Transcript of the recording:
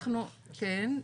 כן,